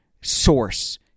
source